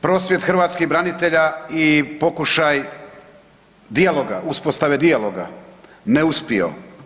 Prosvjed hrvatskih branitelja i pokušaj dijaloga, uspostave dijaloga neuspio.